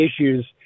issues